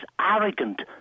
arrogant